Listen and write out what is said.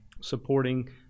supporting